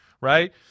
right